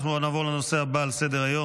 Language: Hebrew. אנחנו נעבור לנושא הבא על סדר-היום,